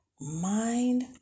mind